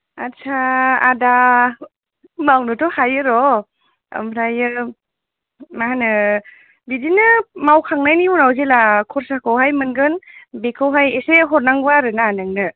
आस्सा आदा मावनोथ' हायो र' ओमफ्रायो मा होनो बिदिनो मावखांनायनि उनाव जेला खरसाखौहाय मोनगोन बेखौहाय एसे हरनांगौ आरो ना नोंनो